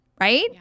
Right